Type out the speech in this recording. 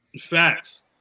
Facts